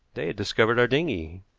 they had discovered our dinghy!